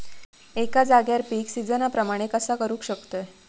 एका जाग्यार पीक सिजना प्रमाणे कसा करुक शकतय?